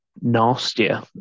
nastier